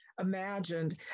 imagined